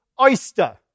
Oyster